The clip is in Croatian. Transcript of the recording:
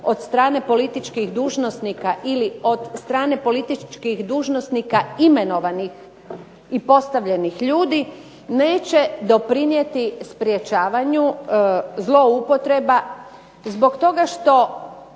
od strane političkih dužnosnika ili od strane političkih dužnosnika imenovanih i postavljenih ljudi neće doprinijeti sprečavanju zloupotreba zbog toga što